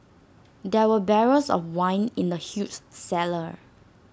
there were barrels of wine in the huge cellar